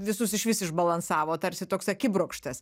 visus išvis išbalansavo tarsi toks akibrokštas